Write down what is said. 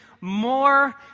more